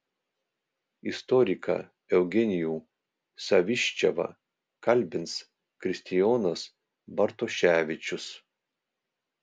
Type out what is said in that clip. istoriką eugenijų saviščevą kalbins kristijonas bartoševičius